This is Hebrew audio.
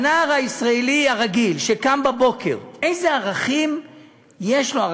הנער ישראלי הרגיל, שקם בבוקר, איזה ערכים יש לו?